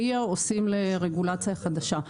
Ria עושים לרגולציה חדשה.